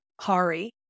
Hari